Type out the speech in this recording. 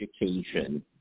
education